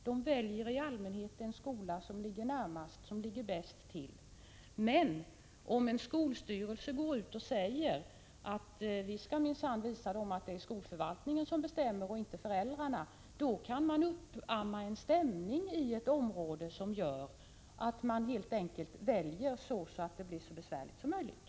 De väljer i allmänhet den skola som är närmast, som ligger bäst till. Men om en skolstyrelse säger att den minsann skall visa att det är skolförvaltningen och inte föräldrarna som bestämmer, kan man i ett område uppamma en stämning som gör att människorna helt enkelt väljer på ett sådant sätt att det blir så besvärligt som möjligt.